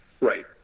Right